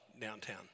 downtown